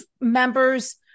members